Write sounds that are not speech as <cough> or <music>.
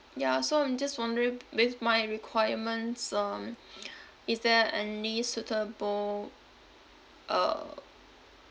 ya so I'm just wondering with my requirements um <noise> is there any suitable uh